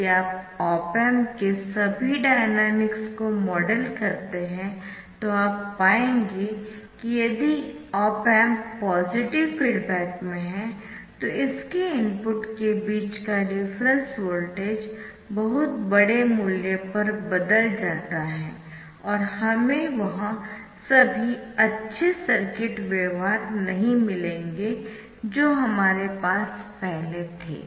यदि आप op amp के सभी डायनामिक्स को मॉडल करते है तो आप पाएंगे कि यदि ऑप एम्प पॉजिटिव फीडबैक में है तो इसके इनपुट के बीच का डिफरेंस वोल्टेज बहुत बड़े मूल्य पर बदल जाता है और हमें वह सभी अच्छे सर्किट व्यवहार नहीं मिलेंगे जो हमारे पास पहले थे